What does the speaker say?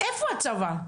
איפה הצבא?